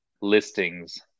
listings